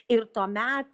ir tuomet